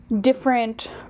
different